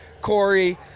Corey